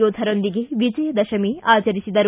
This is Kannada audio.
ಯೋಧರೊಂದಿಗೆ ವಿಜಯ ದಶಮಿ ಆಚರಿಸಿದರು